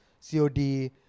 COD